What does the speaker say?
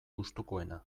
gustukoena